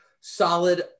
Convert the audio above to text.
solid